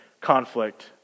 conflict